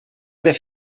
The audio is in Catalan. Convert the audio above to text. fet